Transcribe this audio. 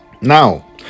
Now